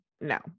No